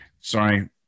sorry